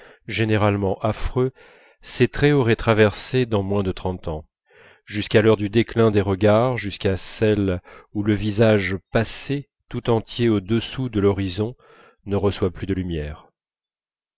généralement affreux ces traits auraient traversées dans moins de trente ans jusqu'à l'heure du déclin des regards jusqu'à celle où le visage passé tout entier au-dessous de l'horizon ne reçoit plus de lumière